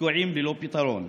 תקועים ללא פתרון.